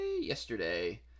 yesterday